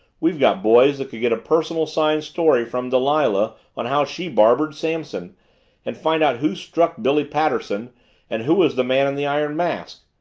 we've got boys that could get a personal signed story from delilah on how she barbered samson and find out who struck billy patterson and who was the man in the iron mask.